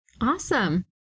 Awesome